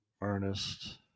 Ernest